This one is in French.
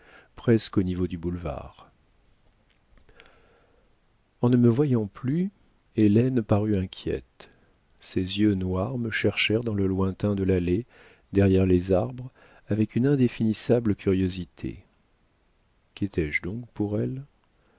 presque au niveau du boulevard en ne me voyant plus hélène parut inquiète ses yeux noirs me cherchèrent dans le lointain de l'allée derrière les arbres avec une indéfinissable curiosité quétais je donc pour elle